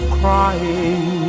crying